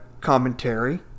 commentary